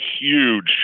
huge